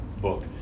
book